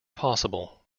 possible